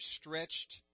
stretched